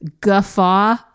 guffaw